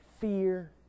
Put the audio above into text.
Fear